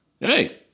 Hey